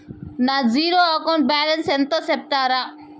నా zero account balance ఎంతో సెప్తారా?